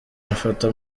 amafoto